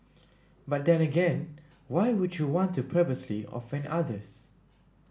but then again why would you want to purposely offend others